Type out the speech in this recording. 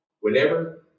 Whenever